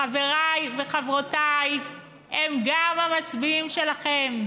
חבריי וחברותיי, הם גם המצביעים שלכם.